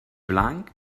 blanc